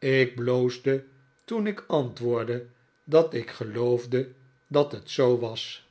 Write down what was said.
ik bloosde toen ik antwoordde dat ik geloofde dat het zoo was